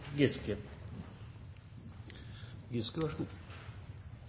Giske,